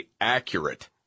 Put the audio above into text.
accurate